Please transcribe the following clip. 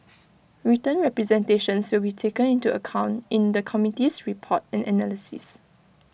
written representations will be taken into account in the committee's report and analysis